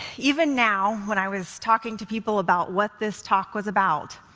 even now, when i was talking to people about what this talk was about,